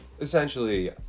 essentially